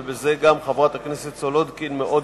ובזה גם חברת הכנסת סולודקין מאוד פעילה,